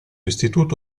istituto